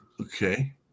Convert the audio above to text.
Okay